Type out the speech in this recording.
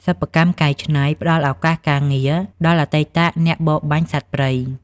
សិប្បកម្មកែច្នៃផ្តល់ឱកាសការងារដល់អតីតអ្នកបរបាញ់សត្វព្រៃ។